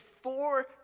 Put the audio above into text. four